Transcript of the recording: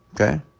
Okay